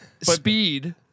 speed